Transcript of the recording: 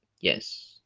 Yes